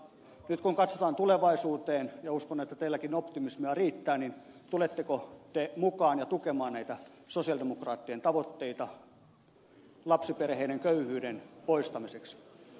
nyt kun katsotaan tulevaisuuteen ja uskon että teilläkin optimismia riittää niin tuletteko te mukaan ja tukemaan näitä sosialidemokraattien tavoitteita lapsiperheiden köyhyyden poistamiseksi